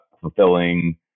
fulfilling